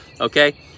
okay